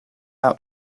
out